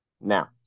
Now